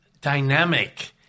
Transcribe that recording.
dynamic